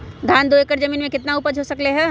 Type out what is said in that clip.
धान दो एकर जमीन में कितना उपज हो सकलेय ह?